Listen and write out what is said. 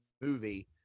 movie